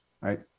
right